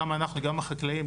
גם אנחנו וגם החקלאים,